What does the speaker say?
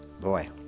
Boy